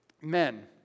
Men